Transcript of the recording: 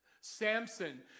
Samson